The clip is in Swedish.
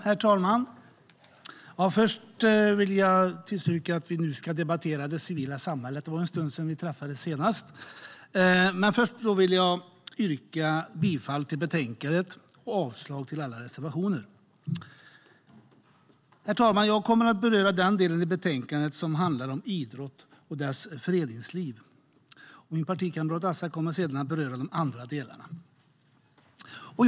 Herr talman! Jag vill påminna kammaren om att vi ska debattera om det civila samhället. Det var en stund sedan vi träffades. Jag vill yrka bifall till utskottets förslag i betänkandet och avslag på alla reservationer. Herr talman! Jag kommer att beröra den del i betänkandet som handlar om idrotten och dess föreningsliv. Min partikamrat Azza kommer att beröra de andra delarna lite senare.